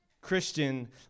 Christian